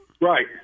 Right